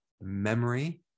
memory